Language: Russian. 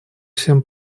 всем